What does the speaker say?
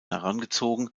herangezogen